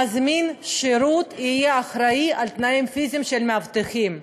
מזמין שירות יהיה אחראי לתנאים הפיזיים של המאבטחים.